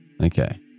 okay